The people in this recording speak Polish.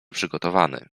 przygotowany